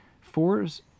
fours